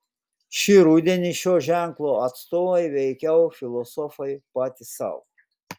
šį rudenį šio ženklo atstovai veikiau filosofai patys sau